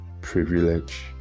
privilege